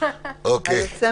רשאי שוטר,